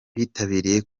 bitabiriye